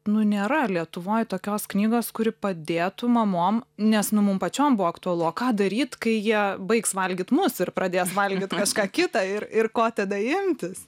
nu nėra lietuvoj tokios knygos kuri padėtų mamom nes nu mum pačiom buvo aktualu o ką daryt kai jie baigs valgyt mus ir pradės valgyt kažką kitą ir ir ko tada imtis